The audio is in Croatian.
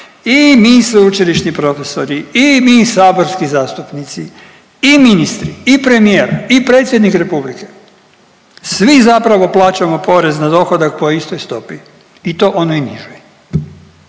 i mi sveučilišni profesori i mi saborski zastupnici i ministri i premijer i predsjednik Republike svi zapravo plaćamo porez na dohodak po istoj stopi i to onoj nižoj.